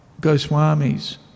Goswamis